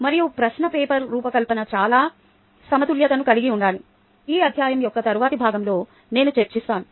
మరియు ప్రశ్న పేపర్ రూపకల్పన చాలా సమతుల్యతను కలిగి ఉండాలి ఈ అధ్యాయం యొక్క తరువాతి భాగంలోనే మనం చర్చిస్తాము